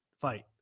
fight